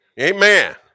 Amen